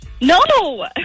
No